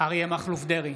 אריה מכלוף דרעי,